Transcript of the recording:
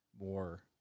more